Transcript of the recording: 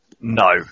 No